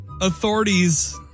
authorities